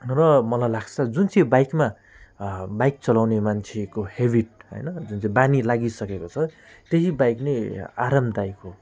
र मलाई लाग्छ जुन चाहिँ बाइकमा बाइक चलाउने मान्छेको ह्याबिट होइन जुन चाहिँ बानी लागिसकेको छ त्यही बाइक नै आरामदायक हो